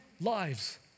lives